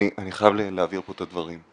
אני חייב להבהיר פה את הדברים.